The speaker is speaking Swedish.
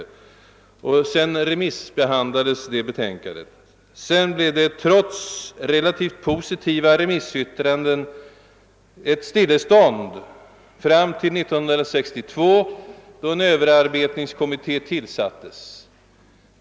Det remissbehandlades sedan. Trots relativt positiva remissyttranden, följde därefter ett stillestånd fram till 1962, då en överarbetningskommitté tillsattes.